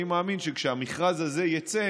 אני מאמין שכשהמכרז הזה יצא,